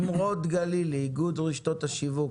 נמרוד גלילי, איגוד רשתות השיווק.